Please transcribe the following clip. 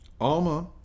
alma